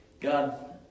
God